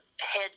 head